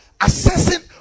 Assessing